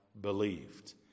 believed